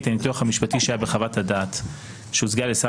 ואת הניתוח המשפטי שהיה בחוות הדעת שהוצגה לשר